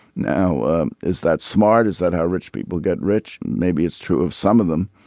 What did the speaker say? now is that smart is that how rich people get rich. maybe it's true of some of them.